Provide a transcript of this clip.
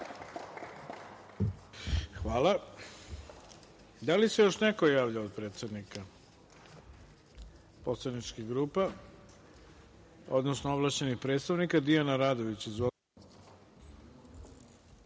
Hvala. Da li se još neko javlja od predsednika poslaničkih grupa, odnosno ovlašćenih predstavnika? Reč ima Dijana Radović. Izvolite.